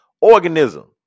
organism